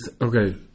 okay